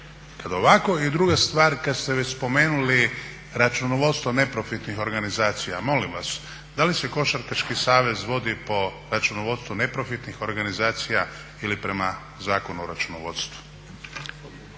kasnije. I druga stvar kad ste već spomenuli računovodstvo neprofitnih organizacija molim vas da li se Košarkaški savez vodi po računovodstvu neprofitnih organizacija ili prema Zakonu o računovodstvu?